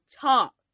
top